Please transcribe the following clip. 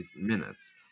minutes